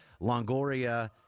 longoria